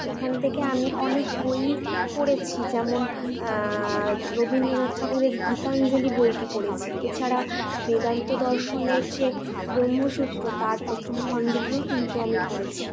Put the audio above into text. এখান থেকে আমি অনেক বইই পড়েছি যেমন রবীন্দ্রনাথ ঠাকুরের গীতাঞ্জলি বইটি পড়েছি এছাড়া বেদান্ত দর্শনের যে ব্রহ্মসূত্র তার প্রথম খণ্ডটিও কিন্তু আমি পড়েছি